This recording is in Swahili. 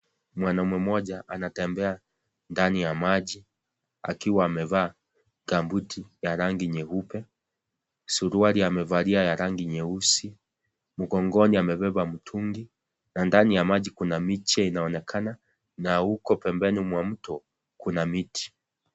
Mwanaume mmoja anatembea ndani ya maji akiwa amevaa gambuti ya rangi nyeupe, suruali amevalia ya rangi nyeusi mgongoni amebeba mtungi na ndani ya maji kuna miche inaonekana na huko pembeni mwa mto kuna miti.